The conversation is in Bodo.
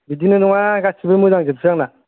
बिदिनो नङा गासिबो मोजांजोबसो आंना